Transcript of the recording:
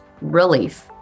relief